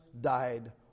died